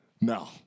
No